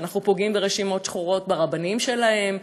שאנחנו פוגעים, ברשימות שחורות ברבנים שלהם?